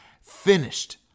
finished